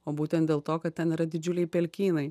o būtent dėl to kad ten yra didžiuliai pelkynai